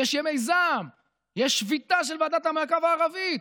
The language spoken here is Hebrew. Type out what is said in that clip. יש ימי זעם, יש שביתה של ועדת המעקב הערבית.